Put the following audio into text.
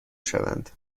شوند